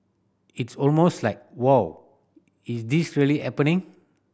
it's almost like Wow is this really happening